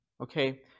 okay